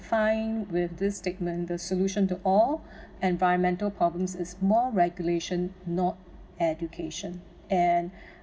find with this statement the solution to all environmental problems is more regulation not education and